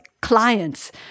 clients